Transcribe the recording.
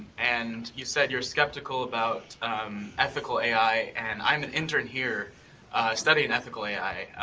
and you said you're skeptical about ethical ai. and i'm an intern here studying ethical ai,